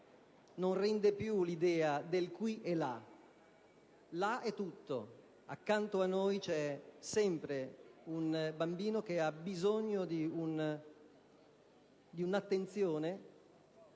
non rende più l'idea del qui e là. Là è tutto: accanto a noi c'è sempre un bambino che ha bisogno di un'attenzione,